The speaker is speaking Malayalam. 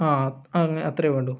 ആ അത് അതങ് അത്രേ വേണ്ടു